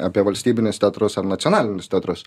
apie valstybinius teatrus ar nacionalinius teatrus